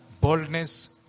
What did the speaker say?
boldness